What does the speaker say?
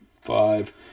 five